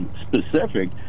specific